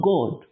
God